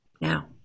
Now